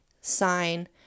sign